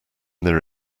their